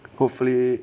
hopefully